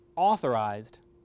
authorized